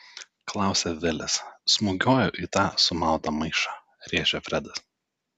klausia vilis smūgiuoju į tą sumautą maišą rėžia fredas